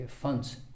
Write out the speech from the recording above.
funds